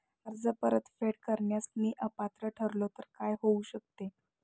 कर्ज परतफेड करण्यास मी अपात्र ठरलो तर काय होऊ शकते?